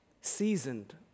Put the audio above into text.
seasoned